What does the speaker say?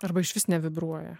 arba išvis nevibruoja